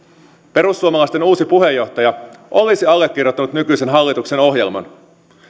perussuomalaisten uusi puheenjohtaja olisi allekirjoittanut nykyisen hallituksen ohjelman